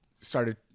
started